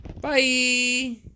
Bye